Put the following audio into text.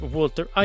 Walter